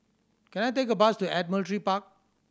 can I take a bus to Admiralty Park